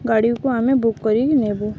ଗାଡ଼ିକୁ ଆମେ ବୁକ୍ କରିକି ନେବୁ